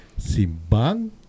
simbang